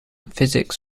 physics